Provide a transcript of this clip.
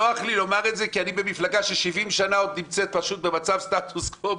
נוח לי לומר את זה כי אני במפלגה שכבר 70 שנים נמצאת במצב סטטוס קוו,